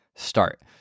start